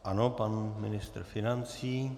Ano, pan ministr financí.